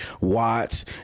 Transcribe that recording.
Watts